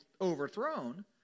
overthrown